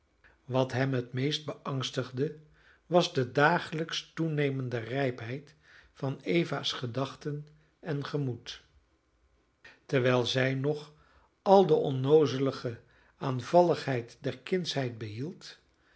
wat hem het meest beangstigde was de dagelijks toenemende rijpheid van eva's gedachten en gemoed terwijl zij nog al de onnoozele aanvalligheid der kindsheid behield